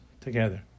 together